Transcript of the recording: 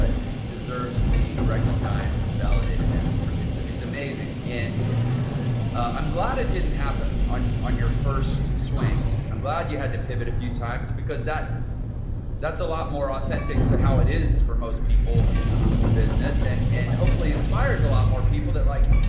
ah it deserves to be recognized and validated, man. it's true. it's it's amazing. and i'm glad it didn't happen on on your first swing. i'm glad you had to pivot a few times because that's a lot more authentic to how it is for most people in ah in business and and hopefully inspires a lot more people that like,